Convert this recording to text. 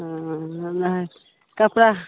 हँ हमरा कपड़ा